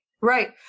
right